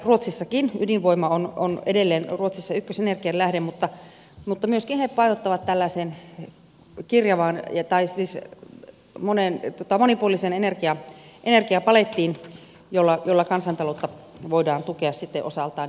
ruotsissakin ydinvoima on edelleen ykkösenergianlähde mutta he painottavat tällaisen ky kirja vaan jättäisi sen panostavat myöskin tällaiseen monipuoliseen energiapalettiin jolla kansantaloutta voidaan tukea sitten osaltaan